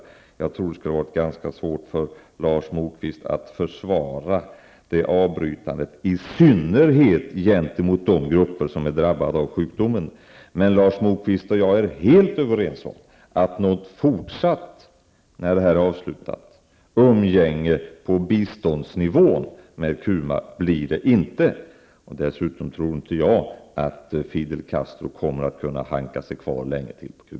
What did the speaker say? Jag tror att det i synnerhet skulle vara ganska svårt för Lars Moquist att försvara ett sådant avbrytande gentemot de grupper som är drabbade av sjukdomen. Men Lars Moquist och jag är helt överens om att det inte blir något fortsatt umgänge på biståndsnivå med Cuba när detta projekt är helt avslutat. Dessutom tror jag inte att Fidel Castro kommer att kunna hanka sig kvar länge till på Cuba.